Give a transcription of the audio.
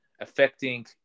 affecting